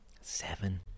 seven